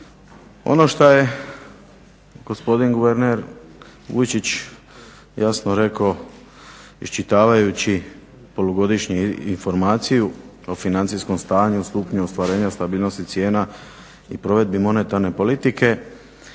Ono što je gospodin guverner Vujčić jasno rekao iščitavajući polugodišnju informaciju o financijskom stanju, stupnju ostvarenja stabilnosti cijena i provedbi monetarne politike,